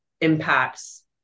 impacts